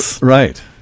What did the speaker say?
Right